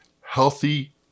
healthy